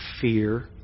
fear